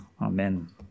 Amen